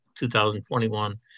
2021